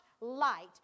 light